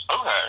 Okay